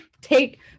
take